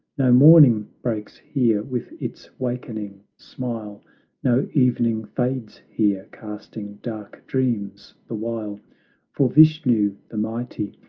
no morning breaks here with its wakening smile no evening fades here, casting dark dreams the while for vishnu, the mighty,